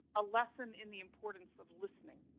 a lesson in the importance of listening.